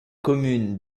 commune